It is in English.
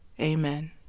Amen